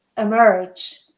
emerge